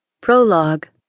Prologue